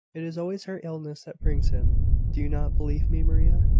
it is always her illness that brings him do you not believe me, maria?